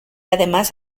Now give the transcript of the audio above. además